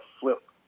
flip